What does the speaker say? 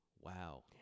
wow